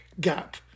gap